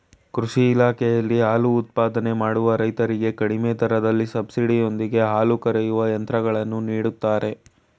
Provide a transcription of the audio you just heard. ಕೃಷಿ ಇಲಾಖೆಯಲ್ಲಿ ಹಾಲು ಉತ್ಪಾದನೆ ಮಾಡುವ ರೈತರಿಗೆ ಕಡಿಮೆ ದರದಲ್ಲಿ ಸಬ್ಸಿಡಿ ಯೊಂದಿಗೆ ಹಾಲು ಕರೆಯುವ ಯಂತ್ರಗಳನ್ನು ನೀಡುತ್ತಾರೆ